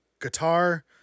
guitar